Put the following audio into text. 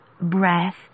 breath